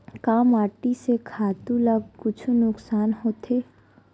का माटी से खातु ला कुछु नुकसान होथे?